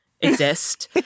Exist